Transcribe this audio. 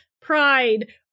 pride